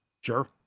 Sure